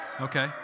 Okay